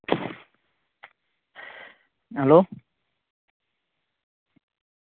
hello